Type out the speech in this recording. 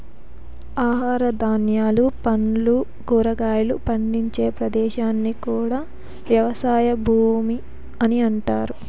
ఆహార ధాన్యాలు, పండ్లు, కూరగాయలు పండించే ప్రదేశాన్ని కూడా వ్యవసాయ భూమి అని అంటారు